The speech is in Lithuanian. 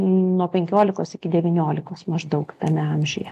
nuo penkiolikos iki devyniolikos maždaug tame amžiuje